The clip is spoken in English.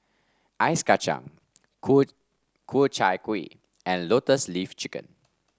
Ice Kachang Ku Ku Chai Kuih and Lotus Leaf Chicken